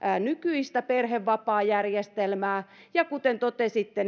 nykyistä perhevapaajärjestelmää ja kuten totesitte